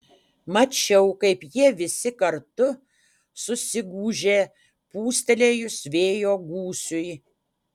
mačiau kaip jie visi kartu susigūžė pūstelėjus vėjo gūsiui